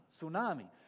tsunami